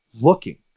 looking